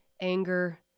anger